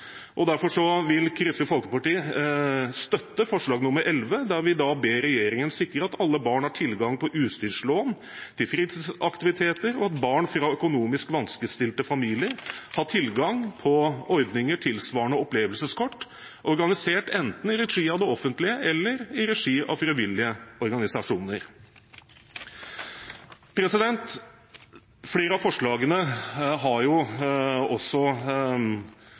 vil Kristelig Folkeparti støtte forslag nr. 11, der de ber regjeringen sikre at alle barn har tilgang på utstyrslån til fritidsaktiviteter, og at barn fra økonomisk vanskeligstilte familier har tilgang på ordninger tilsvarende opplevelseskort, organisert enten i regi av det offentlige eller i regi av frivillige organisasjoner. Flere av forslagene er jo også